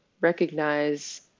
recognize